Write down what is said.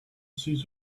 seats